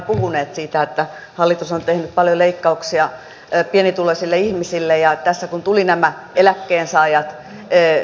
tämä sotilaseläkeikä myös nousee tämän eläkkeen noston yhteydessä ja kysynkin miten tämä reservivaje paikataan tässä yhteydessä